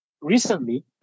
recently